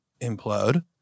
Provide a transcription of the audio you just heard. implode